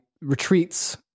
retreats